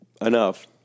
enough